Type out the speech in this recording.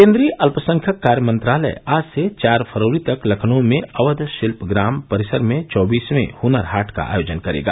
केन्द्रीय अल्पसंख्यक कार्य मंत्रालय आज से चार फरवरी तक लखनऊ में अवध शिल्पग्राम परिसर में चौबीसवें हनर हाट का आयोजन करेगा